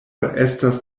estas